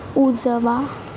उजवा